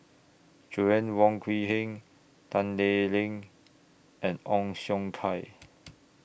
Joanna Wong Quee Heng Tan Lee Leng and Ong Siong Kai